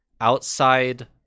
outside